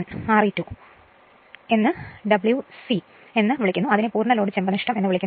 അതിനാൽ I2 2 fl Re2 WC എന്ന് വിളിക്കുന്നു അതിനെ പൂർണ്ണ ലോഡ് ചെമ്പ് നഷ്ടം എന്ന് വിളിക്കുന്നു